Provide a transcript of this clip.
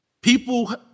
People